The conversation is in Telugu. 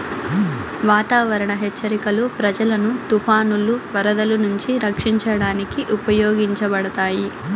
వాతావరణ హెచ్చరికలు ప్రజలను తుఫానులు, వరదలు నుంచి రక్షించడానికి ఉపయోగించబడతాయి